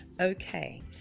Okay